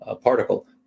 particle